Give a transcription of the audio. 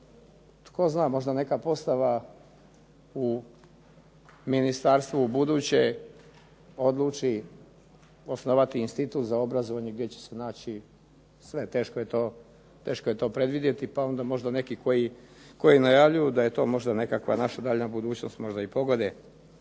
Tko zna, možda neka postava u ministarstvu u buduće odluči osnovati institut za obrazovanje gdje će se naći sve. Teško je to predvidjeti, pa onda možda neki koji najavljuju da je to možda neka naša daljnja budućnost možda i pogode.